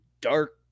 dark